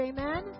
Amen